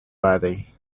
ready